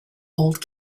old